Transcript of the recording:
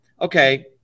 okay